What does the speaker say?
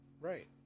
Right